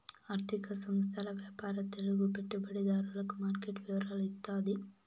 ఆర్థిక సంస్థల వ్యాపార తెలుగు పెట్టుబడిదారులకు మార్కెట్ వివరాలు ఇత్తాది